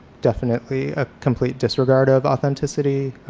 definitely a complete disregard of authenticity.